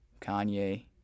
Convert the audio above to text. Kanye